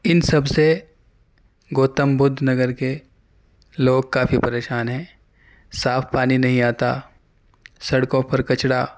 ان سب سے گوتم بدھ نگر کے لوگ کافی پریشان ہیں صاف پانی نہیں آتا سڑکوں پر کچرا